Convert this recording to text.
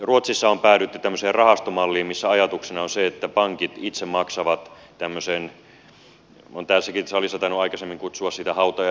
ruotsissa on päädytty tämmöiseen rahastomalliin missä ajatuksena on se että pankit itse maksavat tämmöistä olen tässäkin salissa tainnut aikaisemmin kutsua sitä hautajaisrahastoksi pankkikriisirahastoa